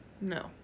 No